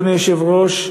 אדוני היושב-ראש,